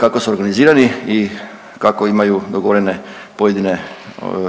kako su organizirani i kako imaju dogovorene pojedine